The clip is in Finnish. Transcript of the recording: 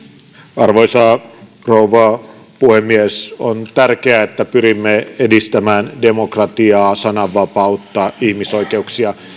arvoisa rouva puhemies on tärkeää että pyrimme edistämään demokratiaa sananvapautta ihmisoikeuksia